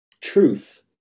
truth